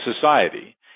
society